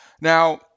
Now